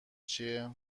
چیه